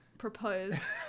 propose